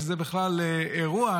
שזה בכלל אירוע,